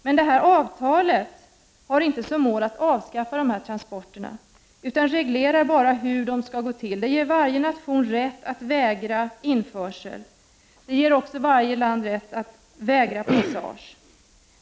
Men avtalet har inte som mål att avskaffa transporterna, utan reglerar bara hur de skall gå till. Det ger varje nation rätt att vägra införsel, och det ger också varje land rätt att vägra passage.